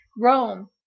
Rome